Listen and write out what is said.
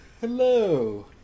Hello